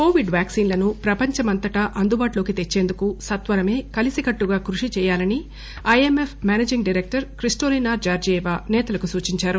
Covid వ్యాక్పిన్లను ప్రపంచమంతా అందుబాటులోకి తెచ్చేందుకు సత్వరమే కలిసికట్టుగా కృషి చేయాలని IMF managing director Kristalina Georgieva సేతలకు సూచించారు